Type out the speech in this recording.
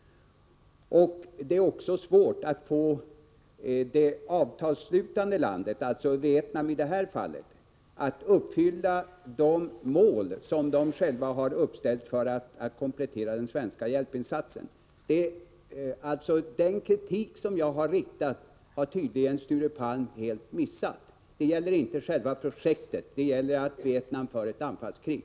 Vidare är det svårt att få det avtalsslutande landet, alltså Vietnam i det här fallet, att uppfylla de mål som det självt har uppställt för att komplettera den svenska hjälpinsatsen. Den kritik som jag framfört har tydligen Sture Palm helt missat. Den gäller inte själva projektet utan Vietnams anfallskrig.